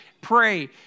pray